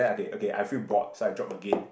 okay I feel bored so I drop again